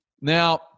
Now